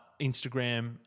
Instagram